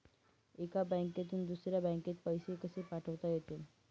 एका बँकेतून दुसऱ्या बँकेत पैसे कसे पाठवता येतील?